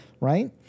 Right